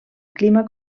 clima